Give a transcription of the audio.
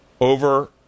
over